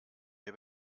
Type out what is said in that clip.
mir